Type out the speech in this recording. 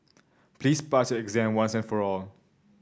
please pass your exam once and for all